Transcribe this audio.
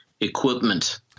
equipment